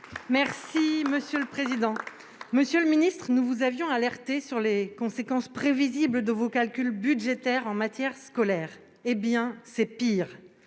citoyen et écologiste. Monsieur le ministre, nous vous avions alerté sur les conséquences prévisibles de vos calculs budgétaires en matière scolaire. Eh bien, c'est pire !